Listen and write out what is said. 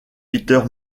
peter